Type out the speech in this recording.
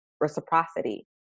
reciprocity